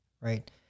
right